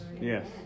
Yes